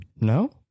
No